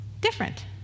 different